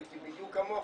הייתי בדיוק כמוך,